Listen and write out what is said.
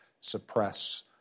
suppress